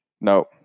No